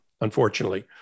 unfortunately